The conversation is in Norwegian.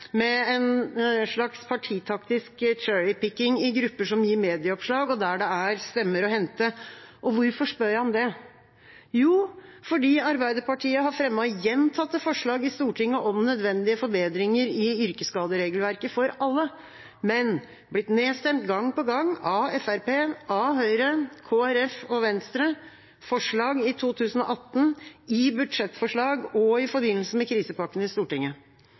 med en slags partitaktisk «cherry-picking» i grupper som gir medieoppslag der det er stemmer å hente? Hvorfor spør jeg om det? Jo, fordi Arbeiderpartiet har fremmet gjentatte forslag i Stortinget om nødvendige forbedringer i yrkesskaderegelverket for alle, men blitt nedstemt gang på gang – av Fremskrittspartiet, av Høyre, Kristelig Folkeparti og Venstre – i forslag i 2018, i budsjettforslag og i forbindelse med krisepakkene i Stortinget.